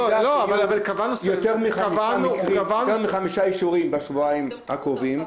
יותר מחמישה אישורים בשבועיים הקרובים,